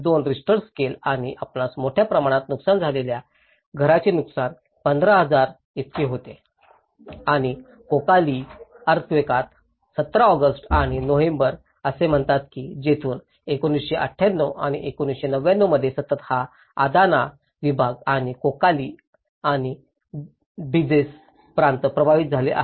2 Richter scale आणि आपणास मोठ्या प्रमाणात नुकसान झालेल्या घरांचे नुकसान 15000 इतके होते आणि कोकाली अर्थक्वेकात 17 ऑगस्ट आणि नोव्हेंबर असे म्हणतात की येथून 1998 1999 मध्ये सतत हा अदाना विभाग आणि कोकाली आणि डझसे प्रांत प्रभावित झाले आहेत